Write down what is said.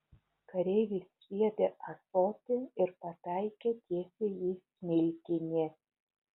kareivis sviedė ąsotį ir pataikė tiesiai į smilkinį